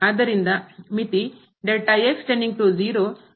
ಆದ್ದರಿಂದ ಮಿತಿ ಮತ್ತು ನಾವು